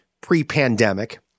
pre-pandemic